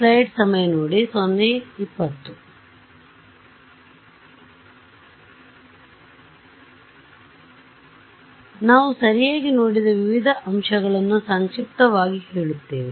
ಆದ್ದರಿಂದ ನಾವು ಸರಿಯಾಗಿ ನೋಡಿದ ವಿವಿಧ ಅಂಶಗಳನ್ನು ಸಂಕ್ಷಿಪ್ತವಾಗಿ ಹೇಳುತ್ತೇವೆ